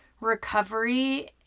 recovery